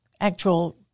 actual